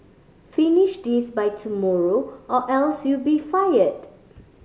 finish this by tomorrow or else you'll be fired